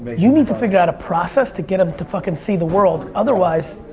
you need to figure out a process to get em to fucking see the world otherwise.